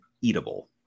eatable